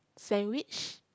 sandwich